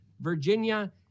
Virginia